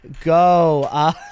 go